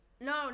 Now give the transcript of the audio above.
no